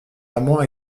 amant